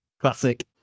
classic